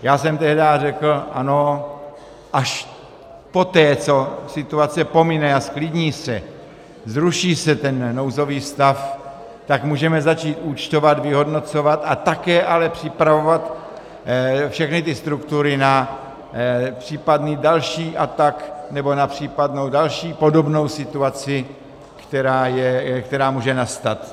Já jsem tehdy řekl ano, až poté, co situace pomine a zklidní se, zruší se ten nouzový stav, tak můžeme začít účtovat, vyhodnocovat a také ale připravovat všechny ty struktury na případný další atak nebo na případnou další podobnou situaci, která může nastat.